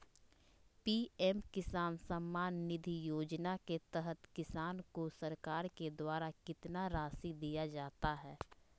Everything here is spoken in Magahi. पी.एम किसान सम्मान निधि योजना के तहत किसान को सरकार के द्वारा कितना रासि दिया जाता है?